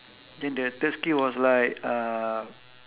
then the third skill was like uh